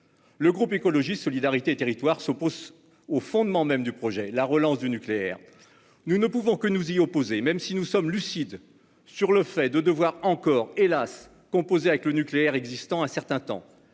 Le groupe Écologiste - Solidarité et Territoires s'oppose au fondement même du projet : la relance du nucléaire. Nous ne pouvons que nous y opposer, même si nous sommes lucides sur le fait de devoir encore, hélas ! composer avec le nucléaire existant un certain temps.